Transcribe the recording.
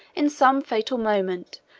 in some fatal moment,